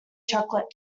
chocolate